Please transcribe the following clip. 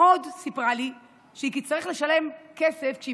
עוד היא סיפרה לי שהיא תצטרך לשלם כסף כשהיא